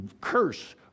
curse